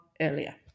earlier